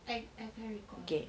I I can't recall